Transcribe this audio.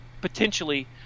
potentially